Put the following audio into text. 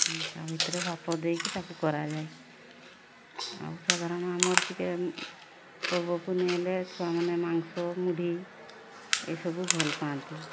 ହଁ ତା ଭିତରେ ବାଫ ଦେଇକି ତାକୁ କରାଯାଏ ଆଉ ସାଧାରଣ ଆମର ଟିକେ ପର୍ବ ପୁନେଇ ହେଲେ ଛୁଆମାନେ ମାଂସ ମୁଢ଼ି ଏସବୁ ଭଲ ପାଆନ୍ତି